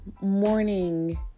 morning